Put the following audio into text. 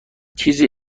چیزی